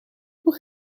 hoe